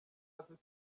afite